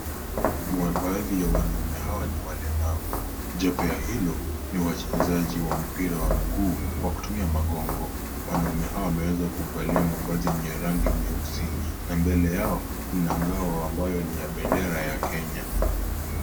Baadhi ya wanaume hawa ni walemavu japo ya hilo ni wachezaji wa mpira wa miguu kwa kutumia magongo. Wanaume hao wameweza kuvalia mavazi yenye rangi nyeusi na mbele yao mna ngao ambayo ni ya bendera ya Kenya.